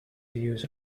views